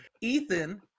ethan